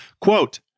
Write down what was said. Quote